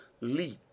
leap